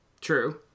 True